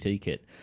kit